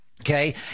Okay